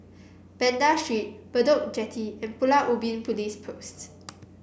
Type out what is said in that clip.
Banda Street Bedok Jetty and Pulau Ubin Police Post